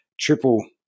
triple –